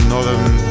northern